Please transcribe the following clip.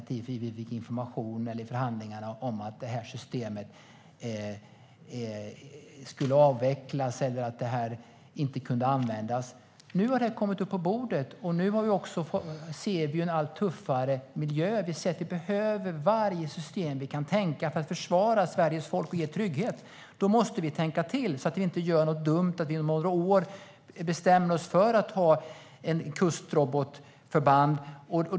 Vi fick ingen information i förhandlingarna om att det här systemet skulle avvecklas eller inte kunde användas. Nu har det kommit upp på bordet, och nu ser vi också en allt tuffare miljö. Vi ser att vi behöver varje system vi kan tänka oss för att försvara Sveriges folk och ge trygghet. Då måste vi tänka till så att vi inte gör något dumt, som att vi om några år bestämmer oss för att ha ett kustrobotförband.